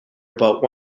about